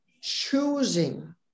choosing